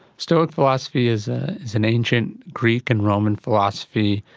stoic philosophy is ah is an ancient greek and roman philosophy,